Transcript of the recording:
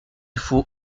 faut